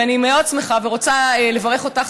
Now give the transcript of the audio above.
ואני מאוד שמחה ורוצה לברך אותך,